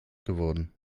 geworden